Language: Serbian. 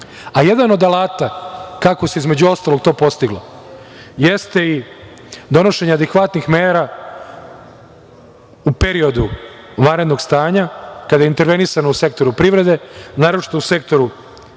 Srbiji. Jedan od alata, kako se između ostalog to postiglo, jeste i donošenje adekvatnih mera u periodu vanrednog stanja kada je intervenisano u sektoru privrede, naročito u sektoru